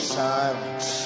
silence